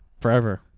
Forever